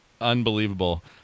unbelievable